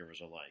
alike